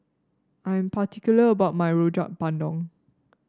I am particular about my Rojak Bandung